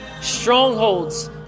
Strongholds